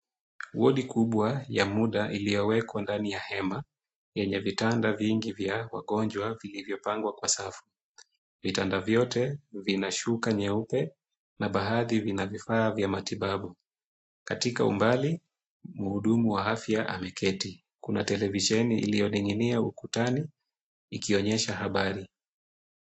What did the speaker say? Wodi kubwa ya muda iliyowekwa ndani ya hema yenye vitanda vingi vya wagonjwa vilivyopangwa kwa safu. Vitanda vyote vinashuka nyeupe, na baadhi vina vifaa vya matibabu. Katika umbali, mhudumu wa afya ameketi, kuna televisheni iliyoning'inia ukutani, ikionyesha habari.